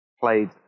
played